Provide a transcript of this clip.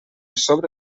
sobre